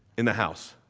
in the house